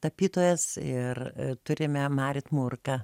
tapytojas ir turime marit murką